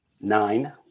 Nine